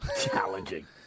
challenging